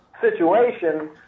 situation